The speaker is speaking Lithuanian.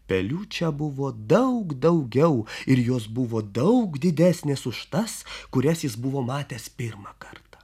pelių čia buvo daug daugiau ir jos buvo daug didesnės už tas kurias jis buvo matęs pirmą kartą